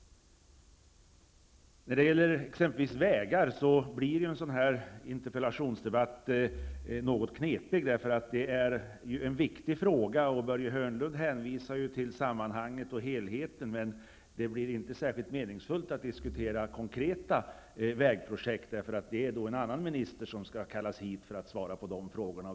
En sådan här interpellationsdebatt blir något knepig när det gäller vägarna. Detta är en viktig fråga, och Börje Hörnlund hänvisar till sammanhanget och helheten. Det blir då inte särskilt meningsfullt att diskutera konkreta vägprojekt, eftersom det är en annan minister som skall kallas hit för att svara på sådana frågor.